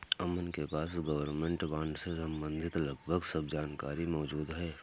अमन के पास government bond से सम्बंधित लगभग सब जानकारी मौजूद है